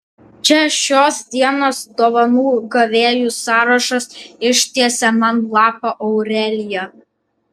čia šios dienos dovanų gavėjų sąrašas ištiesė man lapą aurelija